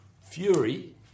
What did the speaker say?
Fury